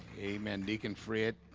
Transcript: amen deacon fred